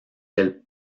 del